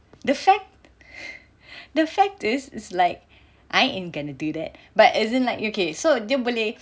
the fact the fact is like I ain't going to do that but as in like okay so dia boleh